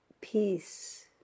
peace